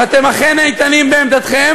אם אתם אכן איתנים בעמדתכם,